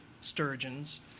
sturgeons